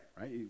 right